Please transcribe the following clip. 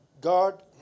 God